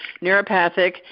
neuropathic